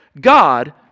God